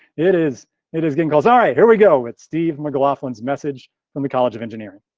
it is it is getting goes. all right here we go with steve mclaughlin's message from the college of engineering.